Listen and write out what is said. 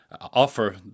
offer